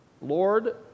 Lord